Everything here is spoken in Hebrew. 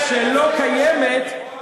שלא קיימת,